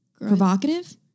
Provocative